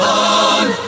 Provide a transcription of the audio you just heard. on